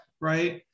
right